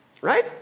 right